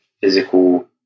physical